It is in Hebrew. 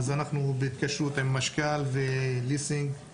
אנחנו בהתקשרות עם משכ"ל וליסינג.